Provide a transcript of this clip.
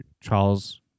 Charles